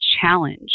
challenge